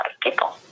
people